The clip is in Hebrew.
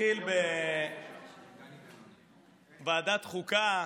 התחיל בוועדת חוקה,